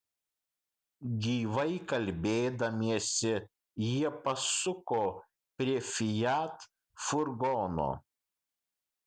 gyvai kalbėdamiesi jie pasuko prie fiat furgono